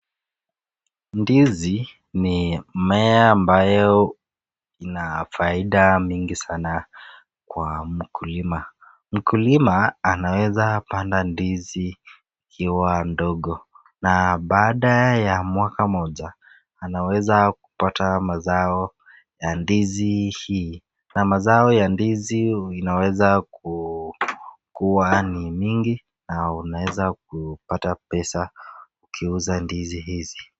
Ndizi ni mmea ambayo iko na faida mingi kwa mkulima. Mkulima anaweza panda ndizi ikiwa ndogo na baada ya mwaka mmoja anaweza kupata mazao ya ndizi hii. Na mazao ya ndizi inaweza kuwa aina mingi au unaweza kupata pesa ukiuza ndizi hizi.